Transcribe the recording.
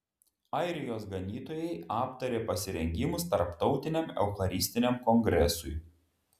airijos ganytojai aptarė pasirengimus tarptautiniam eucharistiniam kongresui